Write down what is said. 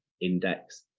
index